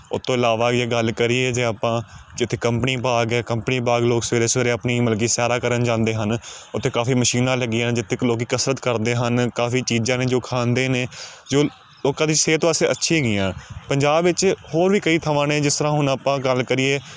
ਉਹ ਤੋਂ ਇਲਾਵਾ ਜੇ ਗੱਲ ਕਰੀਏ ਜੇ ਆਪਾਂ ਜਿੱਥੇ ਕੰਪਨੀ ਬਾਗ਼ ਏ ਕੰਪਨੀ ਬਾਗ਼ ਲੋਕ ਸਵੇਰੇ ਸਵੇਰੇ ਆਪਣੀ ਮਤਲਬ ਕਿ ਸੈਰਾਂ ਕਰਨ ਜਾਂਦੇ ਹਨ ਉੱਥੇ ਕਾਫੀ ਮਸ਼ੀਨਾਂ ਲੱਗੀਆਂ ਜਿੱਥੇ ਕਿ ਲੋਕੀ ਕਸਰਤ ਕਰਦੇ ਹਨ ਕਾਫੀ ਚੀਜ਼ਾਂ ਨੇ ਜੋ ਖਾਂਦੇ ਨੇ ਜੋ ਲੋਕਾਂ ਦੀ ਸਿਹਤ ਵਾਸਤੇ ਅੱਛੀ ਹੈਗੀਆਂ ਪੰਜਾਬ ਵਿੱਚ ਹੋਰ ਵੀ ਕਈ ਥਾਂਵਾਂ ਨੇ ਜਿਸ ਤਰ੍ਹਾਂ ਹੁਣ ਆਪਾਂ ਗੱਲ ਕਰੀਏ